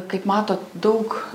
kaip matot daug